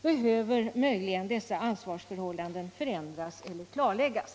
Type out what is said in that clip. Behöver möjligen dessa ansvarsförhållanden förändras eller klarläggas?